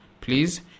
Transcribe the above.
Please